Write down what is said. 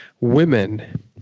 women